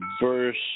verse